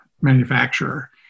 manufacturer